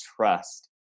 trust